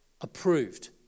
approved